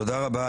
תודה רבה,